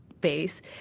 base